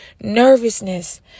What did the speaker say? nervousness